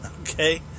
Okay